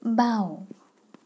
বাওঁ